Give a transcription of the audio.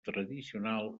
tradicional